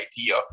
idea